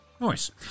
Nice